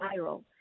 viral